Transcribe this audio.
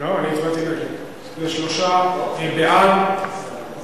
שלושה בעד, שלושה נגד.